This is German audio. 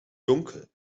dunkel